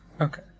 Okay